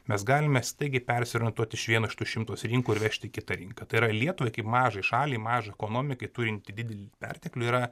mes galime staigiai persiorientuoti iš vieno iš tų šimtos rinkų ir vežti į kitą rinką tai yra lietuvai kaip mažai šaliai mažai ekonomikai turinti didelį perteklių yra